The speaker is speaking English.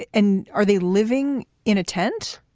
and are they living in a tent?